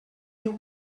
diu